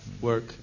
work